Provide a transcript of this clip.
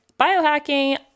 biohacking